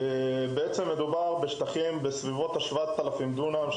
בעצם מדובר בכ-7 אלפים דונם של שטחים,